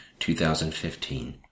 2015